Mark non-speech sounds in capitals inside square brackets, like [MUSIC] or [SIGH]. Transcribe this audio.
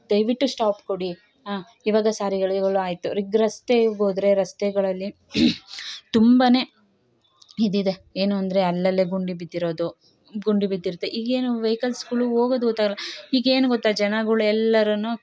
ದಯವಿಟ್ಟು ಸ್ಟಾಪ್ ಕೊಡಿ ಇವಾಗ ಸಾರಿಗೆ [UNINTELLIGIBLE] ಆಯಿತು ಈಗ ರಸ್ತೆಗೆ ಹೋದ್ರೆ ರಸ್ತೆಗಳಲ್ಲಿ ತುಂಬ ಇದಿದೆ ಏನು ಅಂದರೆ ಅಲ್ಲಲ್ಲೇ ಗುಂಡಿ ಬಿದ್ದಿರೋದು ಗುಂಡಿ ಬಿದ್ದಿರ್ತೆ ಈಗೇನು ವೆಯ್ಕಲ್ಸ್ಗಳು ಹೋಗೋದ್ ಗೊತ್ತಾಗೊಲ್ಲ ಈಗೇನು ಗೊತ್ತ ಜನಗಳ್ ಎಲ್ಲರನ್ನು